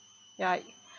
yeah